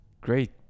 great